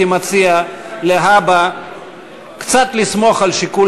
אני הייתי מציע להבא קצת לסמוך על שיקול